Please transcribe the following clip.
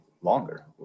longer